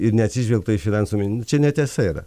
ir neatsižvelgta į finansų min čia netiesa yra